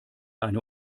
eine